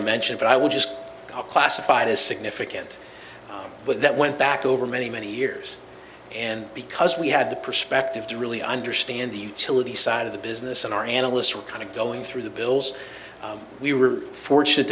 to mention but i would just classified as significant but that went back over many many years and because we had the perspective to really understand the utility side of the business and our analysts were kind of going through the bills we were fortunate